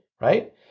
right